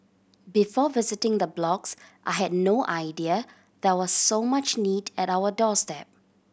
before visiting the blocks I had no idea there was so much need at our doorstep